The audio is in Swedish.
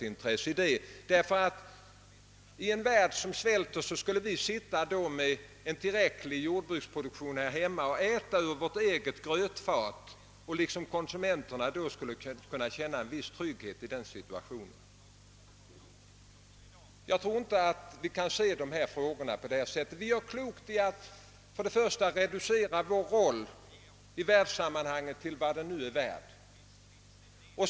I en värld som svälter skulle vi sitta med tillräcklig jordbruksproduktion här hemma och äta ur vårt eget grötfat. Konsumenterna skulle alltså kunna känna en viss trygghet i denna situation. Jag tror inte att vi kan se dessa frågor på det sättet. Vi gör klokt i att reducera vår roll i världssammanhanget till vad den är värd.